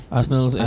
Arsenal